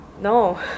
No